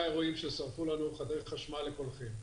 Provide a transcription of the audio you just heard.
אירועים ששרפו לנו תחנות חשמל לקולחין.